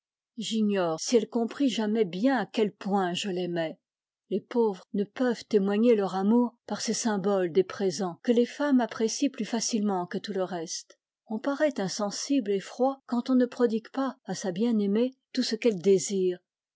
j'ignore si elle comprit jamais bien à quel point je l'aimais les pauvres ne peuvent témoigner leur amour par ces symboles des présens que les femmes apprécient plus facilement que tout le reste on paraît insensible et froid quand on ne prodigue pas à sa bien-aimée tout ce qu'elle désire